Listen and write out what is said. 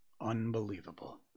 Unbelievable